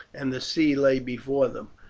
and the sea lay before them.